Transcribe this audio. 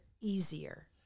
easier